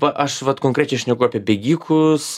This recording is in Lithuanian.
va aš vat konkrečiai šneku apie bėgikus